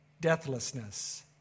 deathlessness